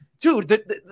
dude